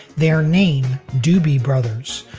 their name, doobie brothers,